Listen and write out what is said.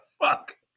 fuck